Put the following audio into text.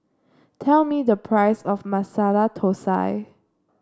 tell me the price of Masala Thosai